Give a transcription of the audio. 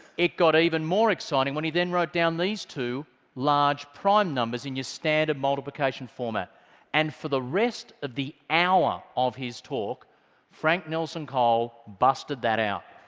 it got even more exciting when he then wrote down these two large prime numbers in your standard multiplication format and for the rest of the hour of his talk frank nelson cole busted that out.